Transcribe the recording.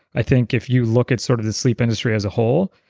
i think if you look at sort of the sleep industry as a whole,